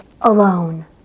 alone